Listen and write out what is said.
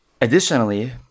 Additionally